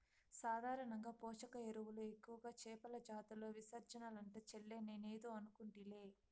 సాధారణంగా పోషక ఎరువులు ఎక్కువగా చేపల బాతుల విసర్జనలంట చెల్లే నేనేదో అనుకుంటిలే